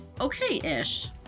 okay-ish